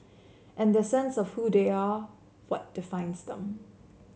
and their sense of who they are what defines them